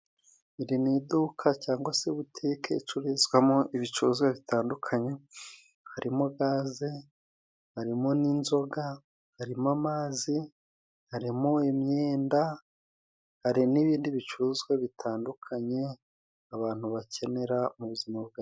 Iri ni iduka cyangwa se butike icururizwamo ibicuruzwa bitandukanye, harimo gaze, harimo n'inzoga, harimo amazi, harimo imyenda, hari n'ibindi bicuruzwa bitandukanye abantu bakenera mu buzima bwabo.